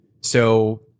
So-